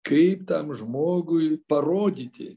kaip tam žmogui parodyti